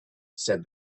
said